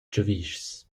giavischs